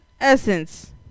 essence